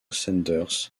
sanders